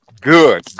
good